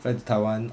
fly to taiwan